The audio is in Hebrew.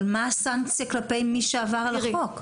אבל מה הסנקציה כלפי מי שעבר על החוק?